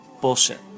bullshit